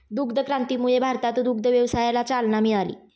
दुग्ध क्रांतीमुळे भारतात दुग्ध व्यवसायाला चालना मिळाली